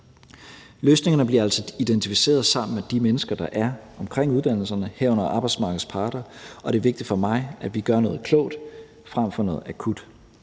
Løsningerne bliver altså identificeret sammen med de mennesker, der er omkring uddannelserne, herunder arbejdsmarkedets parter, og det er vigtigt for mig, at vi gør noget klogt frem for noget akut.